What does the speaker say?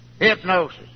hypnosis